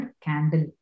candle